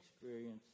experience